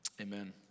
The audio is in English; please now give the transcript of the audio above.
Amen